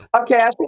Okay